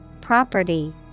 property